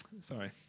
Sorry